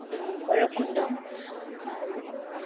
ভৈৰৱ কুণ্ড আৰু